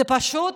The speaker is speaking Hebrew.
זה פשוט